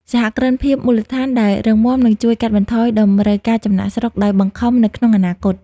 សហគ្រិនភាពមូលដ្ឋានដែលរឹងមាំ នឹងជួយកាត់បន្ថយតម្រូវការចំណាកស្រុកដោយបង្ខំនៅក្នុងអនាគត។